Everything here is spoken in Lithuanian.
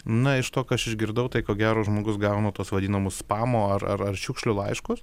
na iš to ką aš išgirdau tai ko gero žmogus gauna tuos vadinamus spamo ar ar šiukšlių laiškus